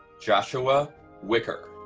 joshua whicker.